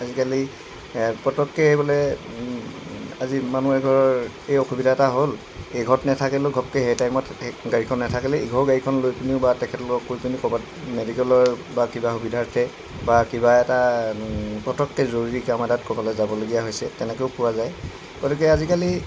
আজিকালি এই পটককে বোলে আজি মানুহ এঘৰৰ এই অসুবিধা এটা হ'ল এই ঘৰত নাথাকিলেও ঘপকৈ সেই টাইমত গাড়ীখন নাথাকিলে ইঘৰৰ গাড়ীখন লৈ পিনিও বা তেখেতলোকক কৈ পিনিও ক'ৰবাত মেডিকেলৰ বা কিবা সুবিধাৰ্থে বা কিবা এটা পটককৈ জৰুৰী কাম এটাত ক'ৰবালে যাবলগীয়া হৈছে তেনেকৈও পোৱা যায় গতিকে আজিকালি